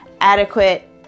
adequate